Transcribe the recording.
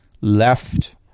left